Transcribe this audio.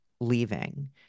leaving